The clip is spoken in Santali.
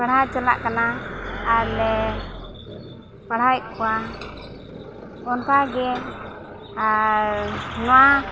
ᱯᱟᱲᱦᱟᱣ ᱪᱟᱞᱟᱜ ᱠᱟᱱᱟ ᱟᱨᱞᱮ ᱯᱟᱲᱦᱟᱣᱮᱫ ᱠᱚᱣᱟ ᱚᱱᱠᱟᱜᱮ ᱟᱨ ᱱᱚᱣᱟ